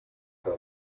kann